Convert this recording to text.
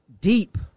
deep